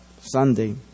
Sunday